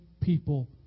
people